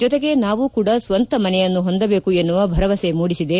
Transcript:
ಜೊತೆಗೆ ನಾವು ಕೂಡ ಸ್ತಂತ ಮನೆಯನ್ನು ಹೊಂದಬೇಕು ಎನ್ನುವ ಭರವಸೆ ಮೂಡಿಸಿದೆ